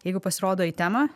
jeigu pasirodo į temą